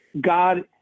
God